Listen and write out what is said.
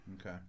Okay